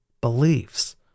beliefs